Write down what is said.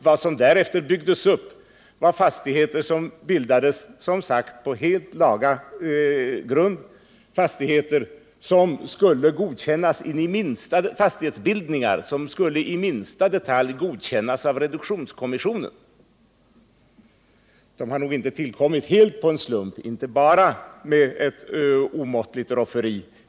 Vad som därefter byggdes upp var fastigheter som bildades, som sagt, på helt laga grund, fastighetsbildningar som skulle in i minsta detalj godkännas av reduktionskommissionen. De här stora egendomarna har nog inte kommit till helt på en slump, inte bara genom ett omåttligt rofferi.